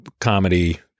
comedy